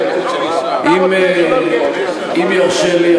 אם יורשה לי,